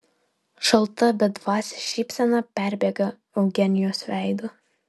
šalta bedvasė šypsena perbėga eugenijos veidu